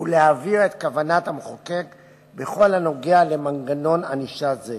ולהבהיר את כוונת המחוקק בכל הנוגע למנגנון ענישה זה.